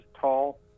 tall